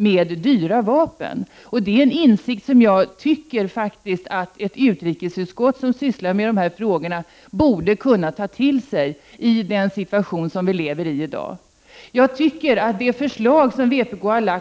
Det är en insikt som jag faktiskt tycker att ett utrikesutskott, som sysslar med dessa frågor, borde kunna ta till sig i den situation som vi har i dag. Vpk har framlagt förslag